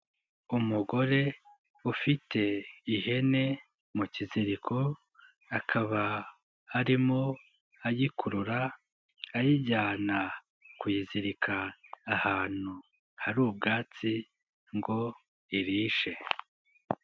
Umugore ufite ihene mu kiziriko akaba arimo ayikurura ayijyana kuyizirika ahantu hari ubwatsi ngo irishe.